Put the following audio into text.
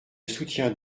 soutiens